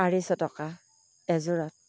আঢ়ৈশ টকা এযোৰত